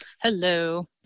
Hello